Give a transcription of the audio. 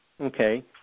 Okay